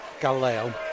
Galileo